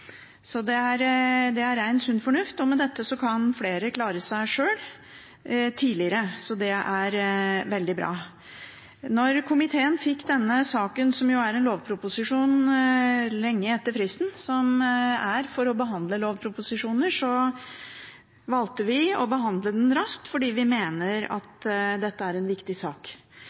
Det er ren, sunn fornuft. Med dette kan flere klare seg sjøl tidligere, og det er veldig bra. Da komiteen fikk denne saken, som jo er en lovproposisjon, lenge etter fristen som gjelder for behandling av lovproposisjoner, valgte vi å behandle den raskt fordi vi mener det er en viktig sak.